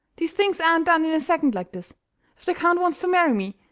these things aren't done in a second like this. if the count wants to marry me,